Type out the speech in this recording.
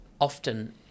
Often